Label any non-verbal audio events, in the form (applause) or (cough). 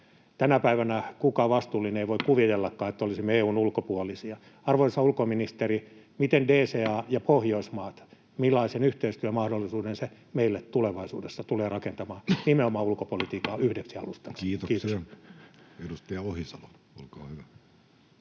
Tänä päivänä kukaan vastuullinen ei voi (noise) kuvitellakaan, että olisimme EU:n ulkopuolisia. Arvoisa ulkoministeri, miten DCA ja Pohjoismaat? Millaisen yhteistyömahdollisuuden se meille tulevaisuudessa tulee rakentamaan nimenomaan (noise) ulkopolitiikan yhdeksi jalustaksi? — Kiitos. Kiitoksia. — Edustaja Ohisalo, olkaa hyvä.